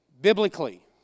biblically